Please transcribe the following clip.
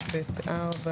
5(ב)(4)